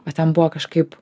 o ten buvo kažkaip